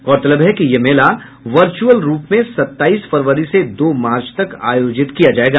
गौरतलब है कि यह मेला वर्चुअल रूप में सत्ताईस फरवरी से दो मार्च तक आयोजित किया जायेगा